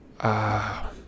Ah